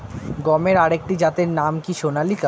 গমের আরেকটি জাতের নাম কি সোনালিকা?